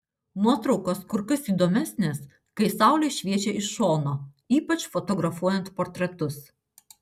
nuotraukos kur kas įdomesnės kai saulė šviečia iš šono ypač fotografuojant portretus